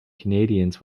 canadians